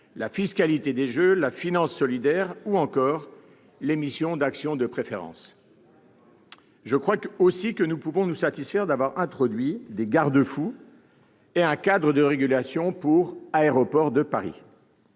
la fiscalité des jeux, la finance solidaire, ou encore l'émission d'actions de préférence. Je crois aussi que nous pouvons nous satisfaire d'avoir introduit des garde-fous et un cadre de régulation pour Aéroports de Paris.